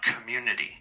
community